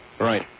right